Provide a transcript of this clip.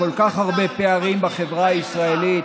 כל כך הרבה פערים בחברה הישראלית,